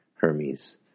Hermes